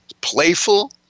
playful